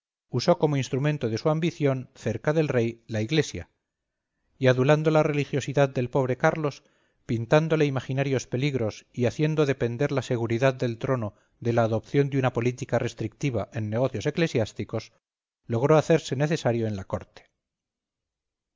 usó como instrumento de su ambición cerca del rey la iglesia y adulando la religiosidad del pobre carlos pintándole imaginarios peligros y haciendo depender la seguridad del trono de la adopción de una política restrictiva en negocios eclesiásticos logró hacerse necesario en la corte